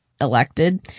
elected